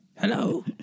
Hello